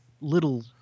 little